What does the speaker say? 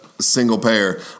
single-payer